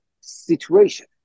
situation